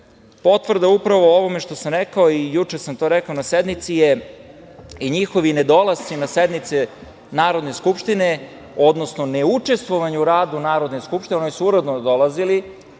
džepa. Potvrda upravo o ovome što sam rekao i juče sam to rekao na sednici je i njihovi nedolasci na sednice Narodne skupštine, odnosno neučestvovanje u radu Narodne skupštine, oni su uredno dolazili,